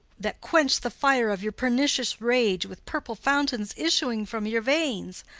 that quench the fire of your pernicious rage with purple fountains issuing from your veins!